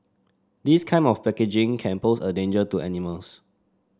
this kind of packaging can pose a danger to animals